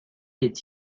est